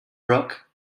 brook